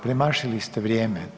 Premašili ste vrijeme.